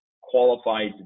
qualified